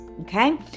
okay